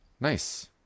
Nice